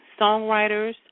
Songwriters